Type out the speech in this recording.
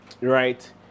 right